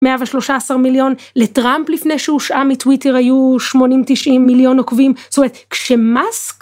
מאה ושלושה עשר מיליון לטראמפ לפני שהוא הושעה מטוויטר היו שמונים-תשעים מיליון עוקבים, זאת אומרת כשמאסק